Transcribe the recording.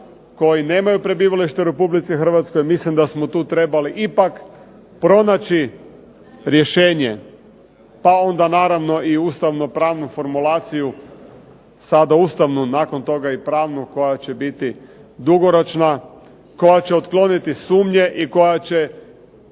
koji nemaju prebivalište u Republici Hrvatskoj. Mislim da smo tu trebali ipak pronaći rješenje pa onda naravno i ustavnopravnu formulaciju, sada ustavnu, nakon toga i pravnu koja će biti dugoročna, koja će otkloniti sumnje i koja će